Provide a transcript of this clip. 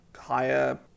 higher